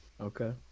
Okay